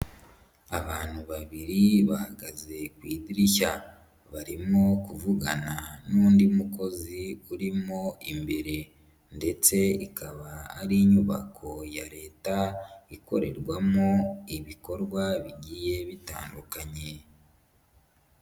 Abantu babiri bahagaze idirishya barimo kuvugana n'undi mukozi urimo imbere ndetse ikaba ari inyubako ya leta ikorerwamo ibikorwa bigiye bitandukanye.